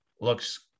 looks